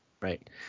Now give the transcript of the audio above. Right